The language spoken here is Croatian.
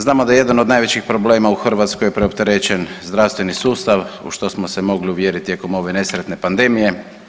Znamo da jedan od najvećih problema u Hrvatskoj je preopterećen zdravstveni sustav u što smo se mogli uvjeriti tijekom ove nesretne pandemije.